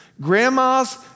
grandmas